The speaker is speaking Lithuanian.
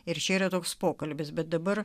ir čia yra toks pokalbis bet dabar